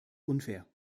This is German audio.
unfair